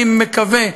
אני מקווה,